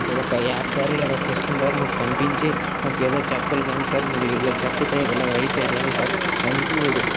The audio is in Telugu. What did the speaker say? ఒక యాప్ ద్వారా లేదా ఒక సిస్టమ్ ద్వారా మాకు పంపించి మాకేదో చెప్పాలి కానీ సార్ మరి ఇలా చెప్పతే ఇలాగైతే ఎలాగా సార్ అందుకు మీరు